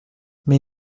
mais